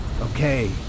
Okay